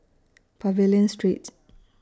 Pavilion Street